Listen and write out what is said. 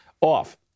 off